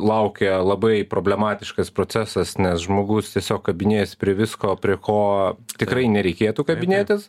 laukia labai problematiškas procesas nes žmogus tiesiog kabinėjasi prie visko prie ko tikrai nereikėtų kabinėtis